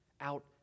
out